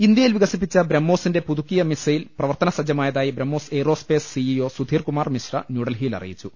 India യിൽ വിക സിപ്പിച്ച ബ്രഹ്മോ സിന്റെ പുതു ക്കിയ മിസൈൽ പ്രവർത്തനസജ്ജമായതായി BrahMos aerospace C E O Sudhir Kumar Mishra ന്യൂഡൽഹിയിൽ അറി യിച്ചു